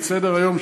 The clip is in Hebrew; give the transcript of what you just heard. את סדר-היום,